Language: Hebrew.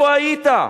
איפה היית?